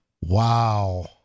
Wow